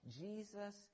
Jesus